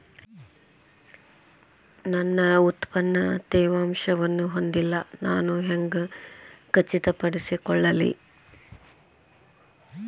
ನನ್ನ ಉತ್ಪನ್ನ ತೇವಾಂಶವನ್ನು ಹೊಂದಿಲ್ಲಾ ನಾನು ಹೆಂಗ್ ಖಚಿತಪಡಿಸಿಕೊಳ್ಳಲಿ?